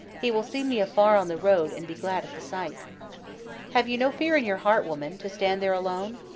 he will see me afar on the road, and be glad at the sight have you no fear in your heart, woman, to stand there alone?